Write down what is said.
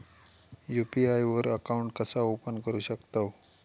UPI वर account कसा open करू शकतव?